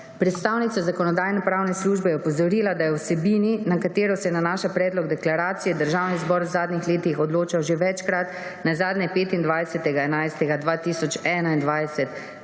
Predstavnica Zakonodajno-pravne službe je opozorila, da je o vsebini, na katero se nanaša predlog deklaracije, Državni zbor v zadnjih letih odločal že večkrat, nazadnje 25. 11. 2021,